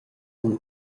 cul